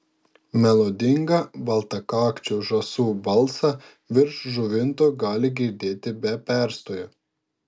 melodingą baltakakčių žąsų balsą virš žuvinto gali girdėti be perstojo